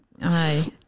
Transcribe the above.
aye